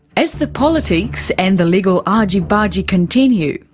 as the politics and the legal argy-bargy continue,